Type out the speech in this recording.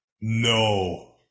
No